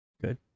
good